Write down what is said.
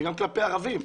זה גם כלפי ערבים,